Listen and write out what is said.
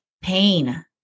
pain